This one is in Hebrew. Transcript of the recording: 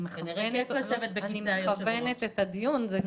אני מכוונת את השואל.